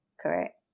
Correct